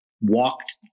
walked